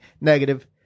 negative